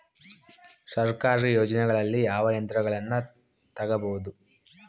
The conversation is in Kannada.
ಸರ್ಕಾರಿ ಯೋಜನೆಗಳಲ್ಲಿ ಯಾವ ಯಂತ್ರಗಳನ್ನ ತಗಬಹುದು?